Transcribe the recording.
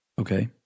Okay